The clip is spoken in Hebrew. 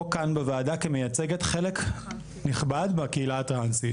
או כאן בוועדה כמייצגת חלק נכבד מהקהילה הטרנסית.